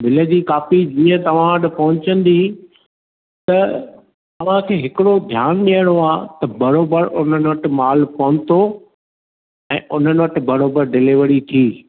bill जी कापी जीअं तव्हां वटि पहुचंदी त तव्हां खे हिकड़ो ध्यान ॾियणो आहे त बरोबर उन्हनि वटि माल पहुतो ऐं उन्हनि वटि बरोबर डिलेवरी थी